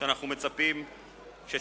שאנחנו מצפים שתתקבל.